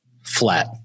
flat